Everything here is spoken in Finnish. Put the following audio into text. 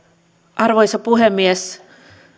arvoisa puhemies